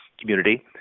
community